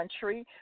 country